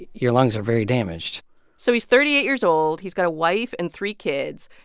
your lungs are very damaged so he's thirty eight years old. he's got a wife and three kids,